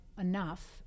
enough